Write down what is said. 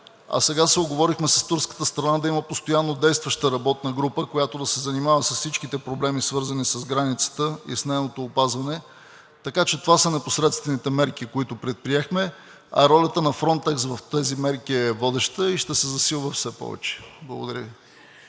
а сега се уговорихме с турската страна да има постоянно действаща работна група, която да се занимава с всичките проблеми, свързани с границата и с нейното опазване, така че това са непосредствените мерки, които предприехме, а ролята на „Фронтекс“ в тези мерки е водеща и ще се засилва все повече. Благодаря Ви.